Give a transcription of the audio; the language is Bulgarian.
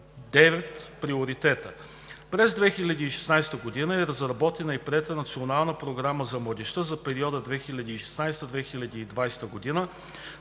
девет приоритета. През 2016 г. е разработена и приета Национална програма за младежта за периода 2016 – 2020 г.,